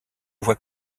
voie